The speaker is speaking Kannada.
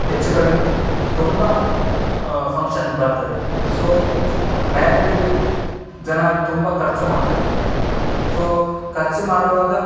ಹೆಚ್ಚು ಕಡಿಮೆ ತುಂಬ ಫಂಕ್ಷನ್ ಬರ್ತದೆ ಸೊ ಮ್ಯಾರೇಜಿಗೆ ಜನ ತುಂಬ ಖರ್ಚು ಮಾಡ್ತಾರೆ ಸೊ ಖರ್ಚು ಮಾಡುವಾಗ